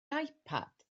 ipad